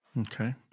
Okay